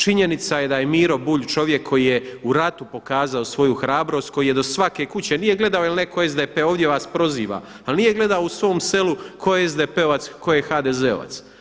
Činjenica je da je Miro Bulj čovjek koji je u ratu pokazao svoju hrabrost, koji je do svake kuće – nije gledao jer netko SDP-e, ovdje vas proziva – ali nije gledao u svom selu tko je SDP-ovac, tko je HDZ-ovac.